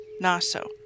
Naso